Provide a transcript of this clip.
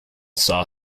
saw